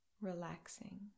Relaxing